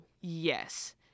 Yes